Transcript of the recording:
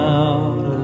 out